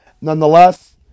nonetheless